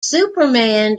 superman